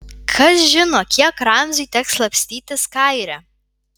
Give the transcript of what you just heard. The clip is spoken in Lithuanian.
kas žino kiek ramziui teks slapstytis kaire